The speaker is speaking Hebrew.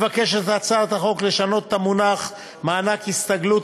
מבקשת הצעת החוק לשנות את המונח "מענק הסתגלות",